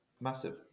massive